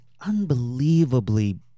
unbelievably